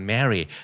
Mary